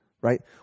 right